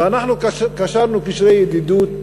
ואנחנו קשרנו קשרי ידידות